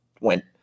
went